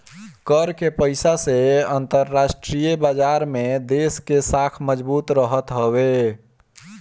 कर के पईसा से अंतरराष्ट्रीय बाजार में देस के साख मजबूत रहत हवे